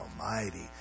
Almighty